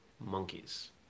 monkeys